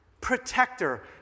Protector